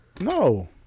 No